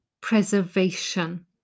preservation